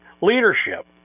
leadership